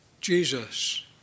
Jesus